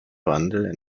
wandel